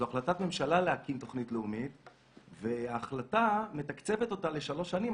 זו החלטת ממשלה להקים תוכנית לאומית וההחלטה מתקצבת אותה לשלוש שנים.